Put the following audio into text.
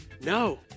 No